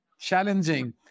challenging